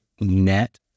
net